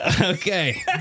Okay